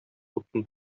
утын